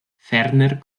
ferner